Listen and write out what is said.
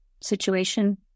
situation